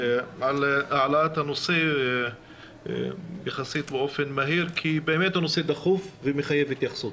על העלאת הנושא יחסית באופן מהיר כי באמת הנושא דחוף ומחייב התייחסות.